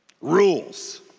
rules